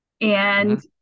and-